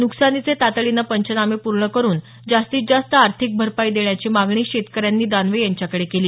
न्कसानीचे तातडीने पंचनामे पूर्ण करून जास्तीत जास्त आर्थिक भरपाई देण्याची मागणी शेतकऱ्यांनी दानवे यांच्याकडे केली